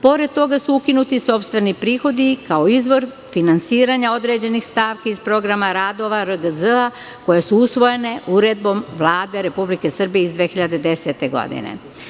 Pored toga su ukinuti sopstveni prihodi, kao izvor finansiranja određenih stavki iz programa radova RGZ, koje su usvojene Uredbom Vlade Republike Srbije iz 2010. godine.